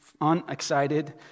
Unexcited